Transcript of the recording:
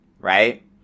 right